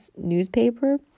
Newspaper